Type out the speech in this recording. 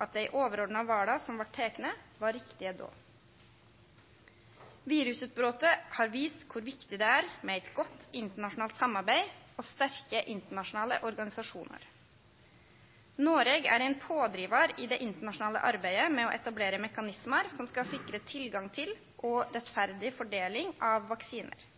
at dei overordna vala som vart tekne, var riktige då. Virusutbrotet har vist kor viktig det er med eit godt internasjonalt samarbeid og sterke internasjonale organisasjonar. Noreg er ein pådrivar i det internasjonale arbeidet med å etablere mekanismar som skal sikre tilgang til og rettferdig fordeling av vaksinar.